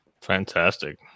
fantastic